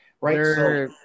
right